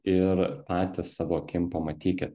ir patys savo akim pamatykit